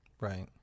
Right